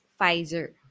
Pfizer